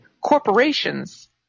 corporations